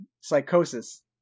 psychosis